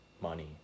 money